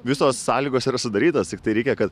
visos sąlygos yra sudarytos tiktai reikia kad